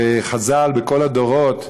וחז"ל בכל הדורות,